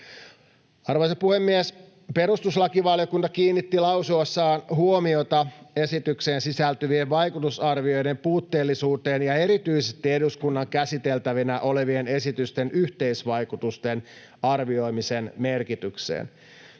Arvoisa puhemies! Perustuslakivaliokunta kiinnitti lausunnossaan huomiota esitykseen sisältyvien vaikutusarvioiden puutteellisuuteen ja erityisesti eduskunnan käsiteltävänä olevien esitysten yhteisvaikutusten arvioimisen merkitykseen.